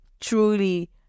truly